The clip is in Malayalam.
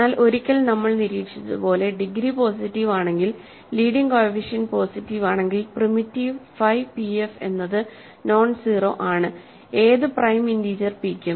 എന്നാൽ ഒരിക്കൽ നമ്മൾ നിരീക്ഷിച്ചതുപോലെ ഡിഗ്രി പോസിറ്റീവ് ആണെങ്കിൽ ലീഡിങ് കോഎഫിഷ്യന്റ് പോസിറ്റീവ് ആണെങ്കിൽ പ്രിമിറ്റീവ് ഫൈ pf എന്നത് നോൺസീറൊ ആണ്ഏതു പ്രൈം ഇന്റീജർ പി ക്കും